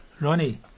Ronnie